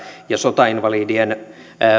ja sotainvali dien